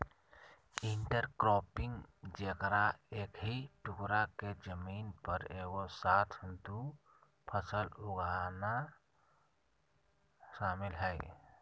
intercropping जेकरा एक ही टुकडा के जमीन पर एगो साथ दु फसल उगाना शामिल हइ